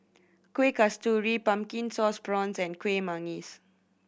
Kueh Kasturi Pumpkin Sauce Prawns and Kuih Manggis